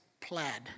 Plaid